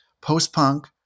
post-punk